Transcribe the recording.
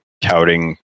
touting